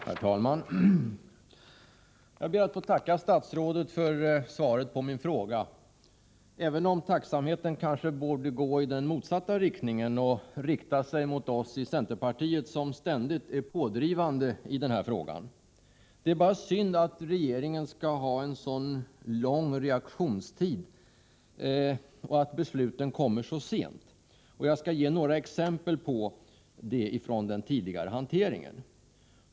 Herr talman! Jag ber att få tacka statsrådet för svaret på min fråga, även om tacksamheten kanske borde gå i den motsatta riktningen, till oss i centerpartiet som ständigt är pådrivande i denna fråga. Det är bara synd att regeringen har en så lång reaktionstid och att besluten kommer så sent. Jag skall ge några exempel på det från den tidigare hanteringen.